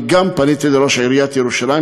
אני גם פניתי לראש עיריית ירושלים